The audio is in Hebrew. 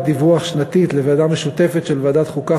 דיווח שנתית לוועדה משותפת של ועדת חוקה,